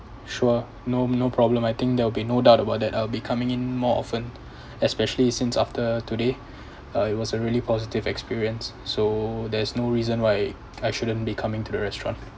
sure no no problem I think there will be no doubt about that I'll be coming in more often especially since after today uh it was a really positive experience so there's no reason why I shouldn't be coming to the restaurant